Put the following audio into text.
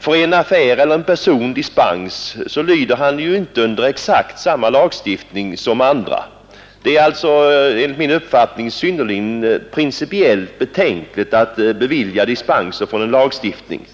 Får en affär eller en person dispens, så lyder vederbörande ju inte under exakt samma lagstiftning som andra. Det är alltså enligt min uppfattning principiellt synnerligen betänkligt att bevilja dispenser från en lagstiftning.